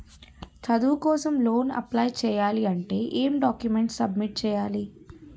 చదువు కోసం loan apply చేయాలి అంటే ఎం డాక్యుమెంట్స్ సబ్మిట్ చేయాలి?